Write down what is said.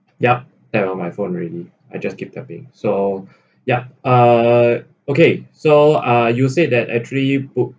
yup tap on my phone already I just keep tapping so yup uh okay so uh you said that actually put